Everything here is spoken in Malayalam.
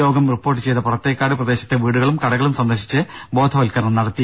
രോഗം റിപ്പോർട്ട് ചെയ്ത പുറത്തേക്കാട് പ്രദേശത്തെ വീടുകളും കടകളും സന്ദർശിച്ച് ബോധവത്ക്കരണം നടത്തി